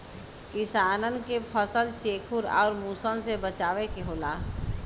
किसानन के फसल चेखुर आउर मुसन से बचावे के होला